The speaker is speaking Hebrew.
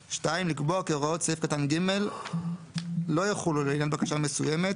(2)לקבוע כי הוראות סעיף קטן (ג) לא יחולו לעניין בקשה מסוימת,